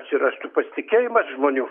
atsirastų pasitikėjimas žmonių